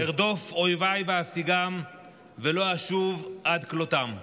"ארדוף אויבי ואשיגם ולא אשוב עד כלותם".